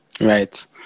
Right